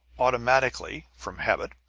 automatically, from habit,